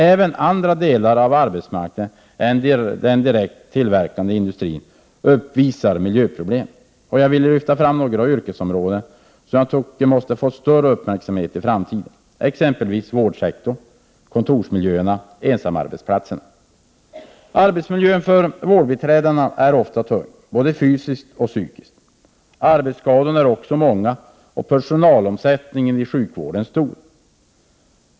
Även andra delar av arbetsmarknaden än tillverkningsindustrin uppvisar miljöproblem. Jag vill lyfta fram några yrkesområden som måste få större uppmärksamhet i framtiden, exempelvis vårdsektorn, kontorsmiljöerna och ensamarbetsplatserna. Arbetmiljön för vårdbiträden är ofta tung, både fysiskt och psykiskt. Arbetsskadorna är många och personalomsättningen inom sjukvården stor.